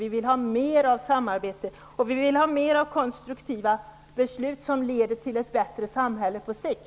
Vi vill ha mer av samarbete, och vi vill ha mer av konstruktiva beslut som leder till ett bättre samhälle på sikt.